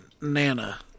Nana